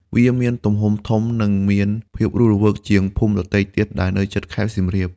វាមានទំហំធំ និងមានភាពរស់រវើកជាងភូមិដទៃទៀតដែលនៅជិតខេត្តសៀមរាប។